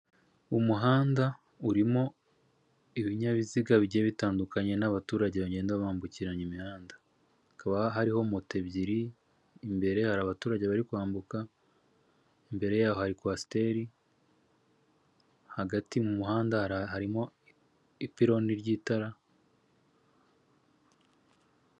Umuhanda urimo ibinyabiziga bigiye bitandukanye n'abaturage bagenda bambukiranya imihanda, hakaba hariho moto ebyiri, imbere hari abaturage bari kwambuka, imbere yaho hari kwasiteri, hagati mu muhanda harimo ipironi ry'itara.